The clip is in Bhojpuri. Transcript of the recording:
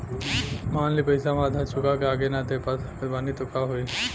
मान ली पईसा हम आधा चुका के आगे न दे पा सकत बानी त का होई?